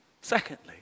Secondly